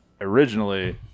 originally